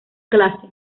clase